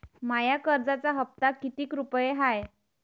माया कर्जाचा हप्ता कितीक रुपये हाय?